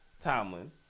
Tomlin